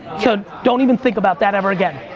so don't even think about that ever again.